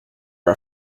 are